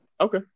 Okay